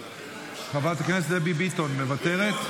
חברת הכנסת דבי ביטון, מוותרת.